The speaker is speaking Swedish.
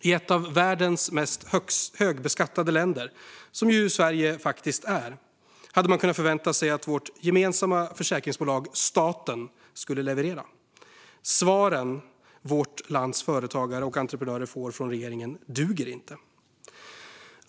I ett av världens mest högbeskattade länder, vilket ju Sverige faktiskt är, hade man kunnat förvänta sig att vårt gemensamma försäkringsbolag staten skulle leverera. Svaren som vårt lands företagare och entreprenörer får från regeringen duger inte.